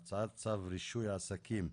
אנחנו מתכנסים על מנת לדון בהצעת צו רישוי עסקים,